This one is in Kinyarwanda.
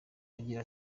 agira